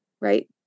right